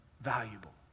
valuable